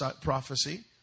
prophecy